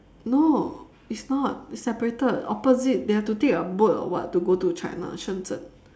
no it's not it's separated opposite they have to take a boat or what to go to china shenzhen